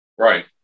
Right